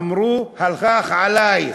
אמרו לי: הלך עלייך,